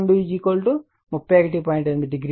8 degree